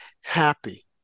happy